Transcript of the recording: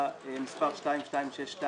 עיקר הכסף